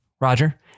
Roger